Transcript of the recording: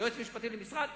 יועץ משפטי למשרד,